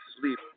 sleep